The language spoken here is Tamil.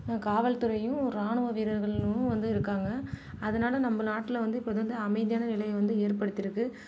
காவல் துறையும் ராணுவ வீரர்களும் வந்து இருக்காங்கள் அதனால் நம்ம நாட்டில் வந்து எப்போதும் வந்து அமைதியான நிலை வந்து ஏற்படுத்தியிருக்குது